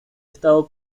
estado